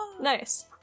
Nice